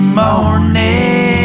morning